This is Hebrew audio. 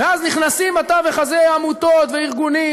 ואז נכנסים לתווך הזה עמותות וארגונים,